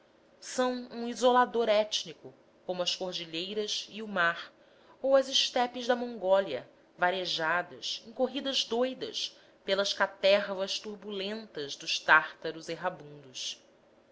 são um isolador étnico como as cordilheiras e o mar ou as estepes da mongólia varejadas em corridas doudas pelas catervas turbulentas dos tártaros errabundos aos